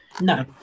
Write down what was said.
No